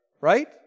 right